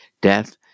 death